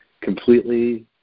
completely